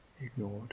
ignored